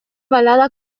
balada